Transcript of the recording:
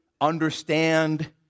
understand